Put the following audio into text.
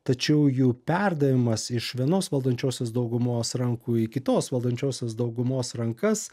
tačiau jų perdavimas iš vienos valdančiosios daugumos rankų į kitos valdančiosios daugumos rankas